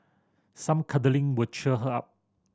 some cuddling would cheer her up